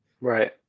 Right